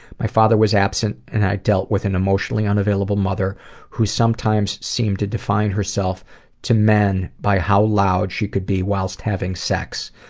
my father was absent and i dealt with an emotionally unavailable mother who sometimes seemed to define herself to men by how loud she could be whilst having sex.